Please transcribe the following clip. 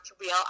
real